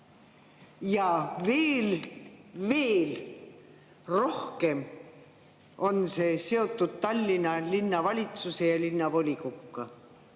Ja veel rohkem on see seotud Tallinna linnavalitsuse ja linnavolikoguga,